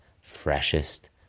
freshest